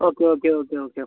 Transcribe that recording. okay okay okay okay